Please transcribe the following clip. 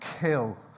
kill